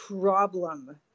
problem